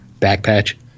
backpatch